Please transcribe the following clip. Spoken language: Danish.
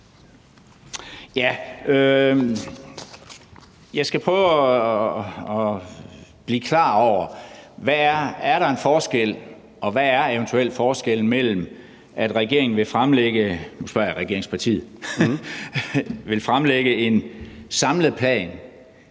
Jeg skal prøve at blive klar over, om der er en forskel, og hvad forskellen eventuelt er, mellem, om regeringen vil fremlægge – og nu